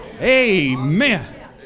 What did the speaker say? Amen